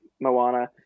Moana